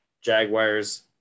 Jaguars